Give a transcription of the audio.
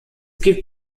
gibt